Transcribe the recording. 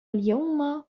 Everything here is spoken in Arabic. اليوم